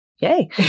yay